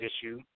issue